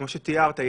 כמו שתיארת,